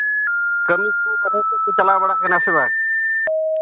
ᱠᱟᱹᱢᱤ ᱠᱚ ᱵᱟᱨᱦᱮ ᱥᱮᱫ ᱯᱮ ᱪᱟᱞᱟᱣ ᱵᱟᱲᱟᱜ ᱠᱟᱱᱟ ᱥᱮ ᱵᱟᱝ